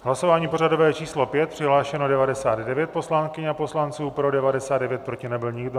Hlasování pořadové číslo 5, přihlášeno 99 poslankyň a poslanců, pro 99, proti nebyl nikdo.